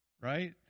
right